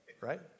Right